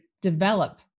develop